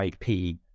ip